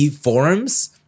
forums